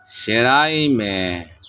ᱥᱮᱬᱟᱭ ᱢᱮ